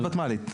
תוכנית ותמ"לית.